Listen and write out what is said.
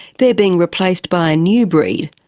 they're being replaced by a new breed,